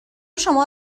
شما